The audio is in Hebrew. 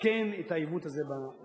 לתקן את העיוות הזה במסים.